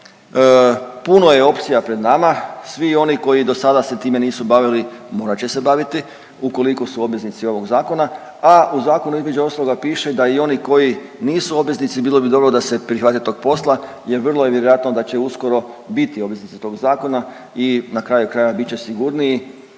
puno je opcija pred nama, svi oni koji dosada se time nisu bavili morat će se baviti ukoliko su obveznici ovog zakona, a u zakonu između ostaloga piše da i oni koji nisu obveznici bilo bi dobro da se prihvate tog posla jer vrlo je vjerojatno da će uskoro biti obveznici tog zakona i na kraju krajeva bit će sigurniji,